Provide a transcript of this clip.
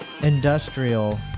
industrial